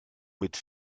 mit